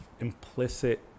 implicit